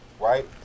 right